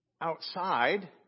outside